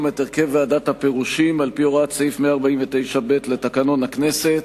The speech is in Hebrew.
את הרכב ועדת הפירושים על-פי הוראת סעיף 149(ב) לתקנון הכנסת.